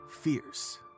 fierce